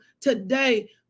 today